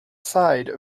side